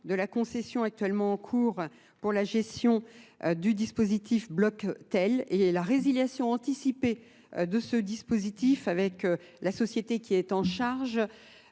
de la concession actuellement en cours pour la gestion du dispositif BlockTel et la résiliation anticipée de ce dispositif avec la société qui est en charge